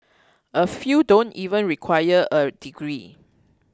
a few don't even require a degree